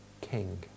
king